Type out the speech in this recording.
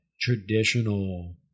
traditional